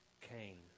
Cain